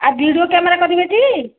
ଆ video camera କରିବେ ଟି